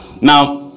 Now